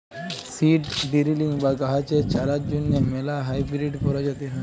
seed drilling বা গাহাচের চারার জ্যনহে ম্যালা হাইবিরিড পরজাতি হ্যয়